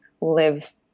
live